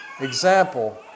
example